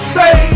Stay